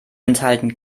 enthalten